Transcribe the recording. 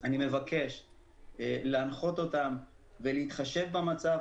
אני מבקש להנחות אותם ולהתחשב במצב,